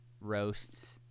roasts